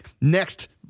next